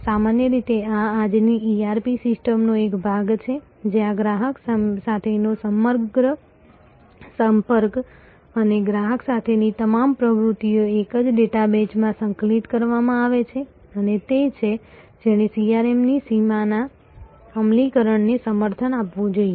સામાન્ય રીતે આ આજની ERP સિસ્ટમનો એક ભાગ છે જ્યાં ગ્રાહક સાથેનો સમગ્ર સંપર્ક અને ગ્રાહક સાથેની તમામ પ્રવૃત્તિઓ એક જ ડેટાબેઝમાં સંકલિત કરવામાં આવે છે અને તે છે જેણે CRM ની સીમાના અમલીકરણને સમર્થન આપવું જોઈએ